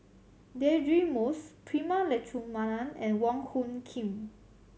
Deirdre Moss Prema Letchumanan and Wong Hung Khim